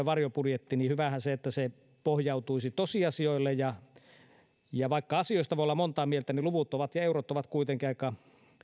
varjobudjetti niin hyvähän olisi että se pohjautuisi tosiasioille vaikka asioista voi olla montaa mieltä niin luvut ja eurot ovat kuitenkin aika